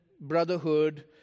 brotherhood